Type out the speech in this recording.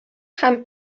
һәм